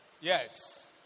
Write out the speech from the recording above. Yes